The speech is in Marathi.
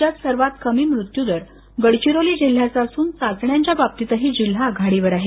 राज्यात सर्वात कमी म्रत्युदर गडचिरोली जिल्ह्यात असून चाचण्याच्या बाबतीतही जिल्हा आघाडीवर आहे